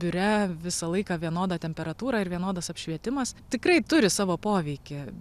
biure visą laiką vienoda temperatūra ir vienodas apšvietimas tikrai turi savo poveikį